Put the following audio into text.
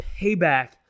payback